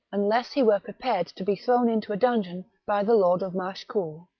unless he were pre pared to be thrown into a dungeon by the lord of machecoul.